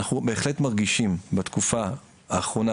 אנחנו בהחלט מרגישים בתקופה האחרונה,